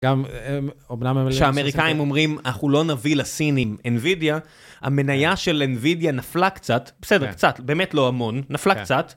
שהאמריקאים אומרים, אנחנו לא נביא לסינים NVIDIA, המנייה של NVIDIA נפלה קצת, בסדר, קצת, באמת לא המון, נפלה קצת.